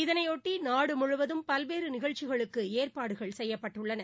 இதனையொட்டி நாடு முழுவதும் பல்வேறு நிகழ்ச்சிகளுக்கு ஏற்பாடு செய்யப்பட்டுள்ளன